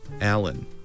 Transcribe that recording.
Allen